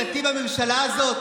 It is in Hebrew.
אין איזה דתי בממשלה הזאת?